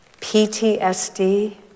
PTSD